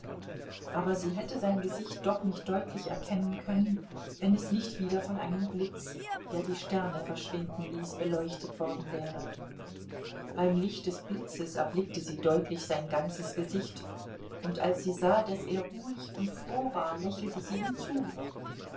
aber sie hätte sein gesicht doch nicht deutlich erkennen können wenn es nicht wieder von einem blitz der die sterne verschwinden ließ beleuchtet worden wäre beim licht des blitzes erblickte sie deutlich sein ganzes gesicht und als sie sah daß er ruhig und froh war lächelte sie ihm zu